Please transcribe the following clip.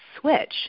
switch